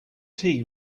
tea